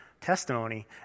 testimony